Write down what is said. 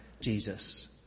Jesus